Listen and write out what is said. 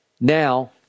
Now